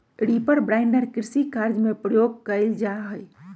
reaper binder कृषि कार्य में प्रयोग कइल जा हई